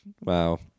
Wow